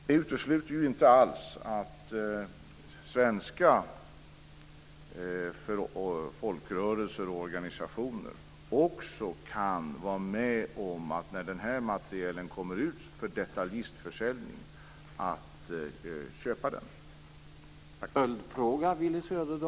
Det utesluter inte alls att svenska folkrörelser och organisationer, när den här materielen kommer ut till detaljister för försäljning, kan köpa den.